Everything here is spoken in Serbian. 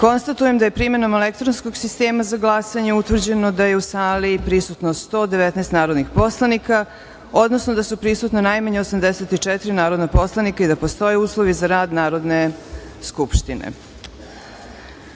glasanje. Konstatujem da je primenom elektronskog sistema za glasanje utvrđeno da je u sali prisutno 119 narodnih poslanika, odnosno da su prisutna najmanje 84 narodna poslanika i da postoje uslovi za rad Narodne skupštine. Prelazimo